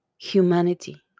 humanity